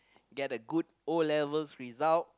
get a good O-levels result